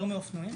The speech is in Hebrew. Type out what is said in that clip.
יותר מאופנועים?